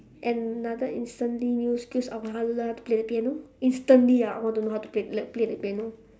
another instantly new skills I want how to learn how to play the piano instantly ah I want to know how to play the play the piano